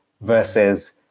versus